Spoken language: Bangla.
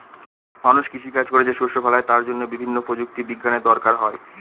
মানুষ কৃষি কাজ করে যে শস্য ফলায় তার জন্য বিভিন্ন প্রযুক্তি বিজ্ঞানের দরকার হয়